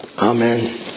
Amen